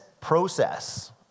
process